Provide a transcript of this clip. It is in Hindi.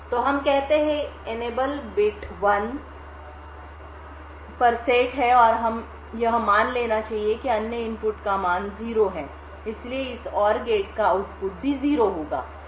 तो हम कहते हैं कि इनेबल बिट 1 पर सेट है और हमें यह मान लेना चाहिए कि अन्य इनपुट का मान 0 है और इसलिए इस और गेट का आउटपुट भी 0 होगा